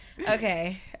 Okay